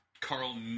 Carl